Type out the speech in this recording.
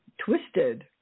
twisted